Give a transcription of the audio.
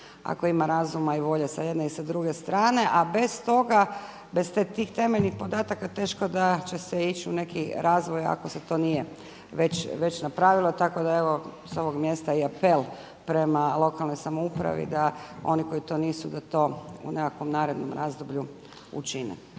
ako ima razuma i volje sa jedne i sa druge strane. A bez toga, bez tih temeljnih podataka taško da će se ići u neki razvoj ako se to nije već napravilo. Tako da evo, sa ovog mjesta i apel prema lokalnoj samoupravi da oni koji to nisu da to u nekakvom narednom razdoblju učine.